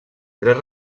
tres